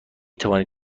توانید